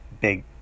big